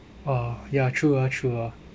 oh ya true ah true ah